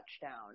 touchdown